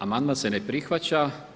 Amandman se ne prihvaća.